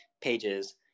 pages